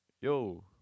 yo